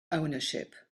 ownership